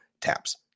taps